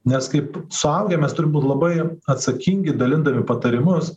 nes kaip suaugę mes turim būt labai atsakingi dalindami patarimus